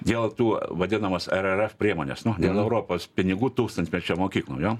dėl tų vadinamos r r f priemonės nu dėl europos pinigų tūkstantmečio mokyklom jo